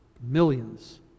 Millions